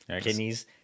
kidneys